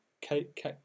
Kate